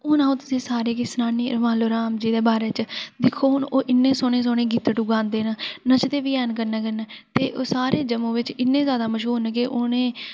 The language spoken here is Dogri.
हुन अ' ऊं तुसैं सारैं गी सुनानी आं रुमालू राम जी दे बारे च दिक्खो ओह् इन्ने सोह्ने सोह्ने गीतड़ूी गांदे न नचदे बी हैन कन्नै कन्नै ते ओह् सारे जम्मू बिच इन्ने ज्यादा मशहूर न कि उ 'नें गी स्कूल